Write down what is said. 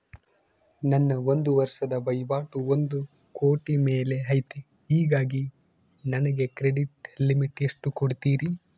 ನನ್ನ ಒಂದು ವರ್ಷದ ವಹಿವಾಟು ಒಂದು ಕೋಟಿ ಮೇಲೆ ಐತೆ ಹೇಗಾಗಿ ನನಗೆ ಕ್ರೆಡಿಟ್ ಲಿಮಿಟ್ ಎಷ್ಟು ಕೊಡ್ತೇರಿ?